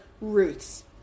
roots